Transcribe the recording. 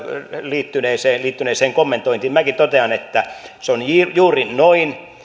liittyneeseen liittyneeseen kommentointiin minäkin totean että se on juuri noin